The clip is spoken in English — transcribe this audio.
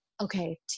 okay